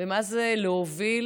ומה זה להוביל,